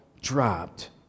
dropped